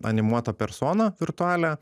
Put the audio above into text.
animuotą personą virtualią